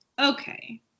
okay